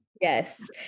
Yes